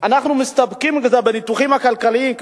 אנחנו מסתפקים בניתוחים הכלכליים,